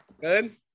Good